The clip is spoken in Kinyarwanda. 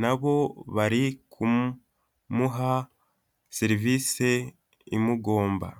na bo bari kumuha serivise imugomba.